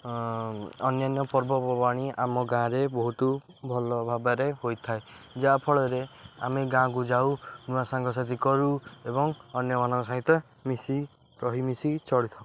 ଅନ୍ୟାନ୍ୟ ପର୍ବପର୍ବାଣି ଆମ ଗାଁରେ ବହୁତ ଭଲ ଭାବରେ ହୋଇଥାଏ ଯାହା ଫଳରେ ଆମେ ଗାଁକୁ ଯାଉ ନୂଆ ସାଙ୍ଗସାଥି କରୁ ଏବଂ ଅନ୍ୟମାନଙ୍କ ସହିତ ମିଶି ରହି ମିଶି ଚଳିଥାଉ